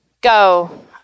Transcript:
go